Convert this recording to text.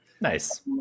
Nice